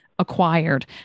acquired